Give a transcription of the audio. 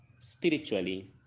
spiritually